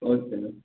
okay sir